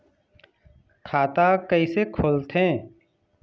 खाता कइसे खोलथें?